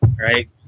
right